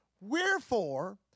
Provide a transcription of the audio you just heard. wherefore